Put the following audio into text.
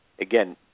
Again